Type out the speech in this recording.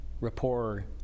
rapport